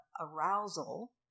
arousal